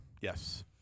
Yes